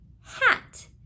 hat